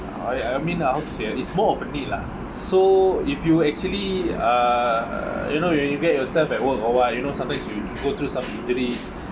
I I mean I would say it's more of a need lah so if you actually uh you know if you get yourself old and old you know sometimes you go through some history